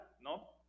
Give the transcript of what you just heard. No